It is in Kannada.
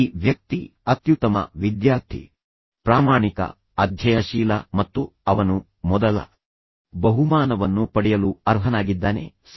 ಈ ವ್ಯಕ್ತಿ ಅತ್ಯುತ್ತಮ ವಿದ್ಯಾರ್ಥಿ ತುಂಬಾ ಪ್ರಾಮಾಣಿಕ ತುಂಬಾ ಅಧ್ಯಯನಶೀಲ ಮತ್ತು ಅವನು ಮೊದಲ ಬಹುಮಾನವನ್ನು ಪಡೆಯಲು ಅರ್ಹನಾಗಿದ್ದಾನೆ ಸರಿ